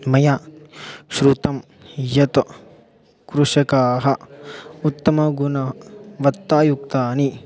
मया श्रुतं यत् कृषकाः उत्तमगुणवत्तायुक्तानि